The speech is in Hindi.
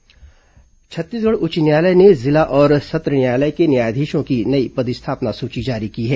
न्यायाधीश पदस्थापना छत्तीसगढ़ उच्च न्यायालय ने जिला और सत्र न्यायालय के न्यायाधीशों की नई पदस्थापना सुची जारी की है